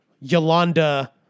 Yolanda